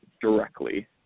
directly